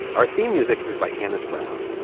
our theme music is by hamis brown.